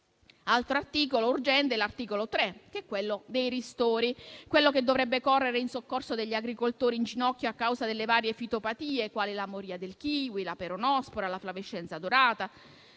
Altro articolo urgente è il 3, che è quello dei ristori, che dovrebbe correre in soccorso degli agricoltori in ginocchio a causa delle varie fitopatie, quale la moria del kiwi, la peronospora o la flavescenza dorata;